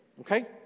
okay